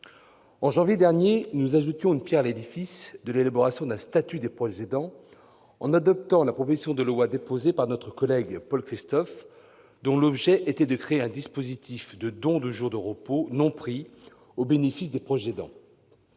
En janvier dernier, nous ajoutions une pierre à l'édifice du statut des proches aidants en adoptant la proposition de loi déposée par notre collègue Paul Christophe, dont l'objet était de créer un dispositif de don de jours de repos non pris, à leur bénéfice. La proposition